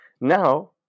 Now